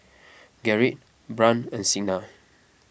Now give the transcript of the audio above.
Gerrit Brant and Signa